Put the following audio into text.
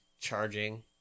charging